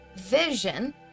Vision